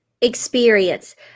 experience